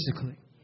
physically